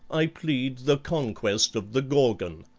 i plead the conquest of the gorgon.